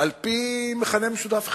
על-פי מכנה משותף אחד: